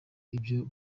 ibyo